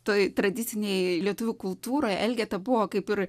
toj tradicinėj lietuvių kultūroj elgeta buvo kaip ir